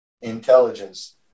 intelligence